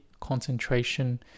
concentration